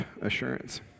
assurance